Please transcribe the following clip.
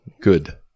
good